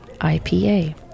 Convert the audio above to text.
ipa